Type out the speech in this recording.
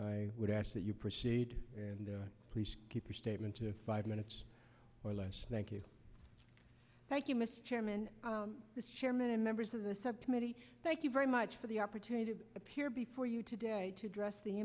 i would ask that you proceed and please keep your statement to five minutes or less thank you thank you mr chairman the chairman and members of the subcommittee thank you very much for the opportunity to appear before you today to address the